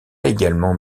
également